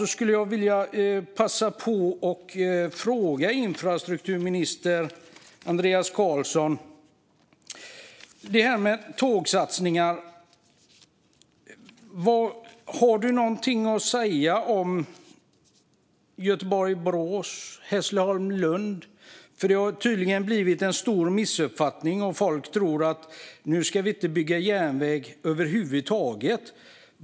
Jag skulle vilja passa på att fråga infrastrukturminister Andreas Carlson om tågsatsningar: Har du något att säga om Göteborg-Borås eller Hässleholm-Lund? Det har tydligen blivit en stor missuppfattning, och folk tror att vi inte ska bygga järnväg över huvud taget.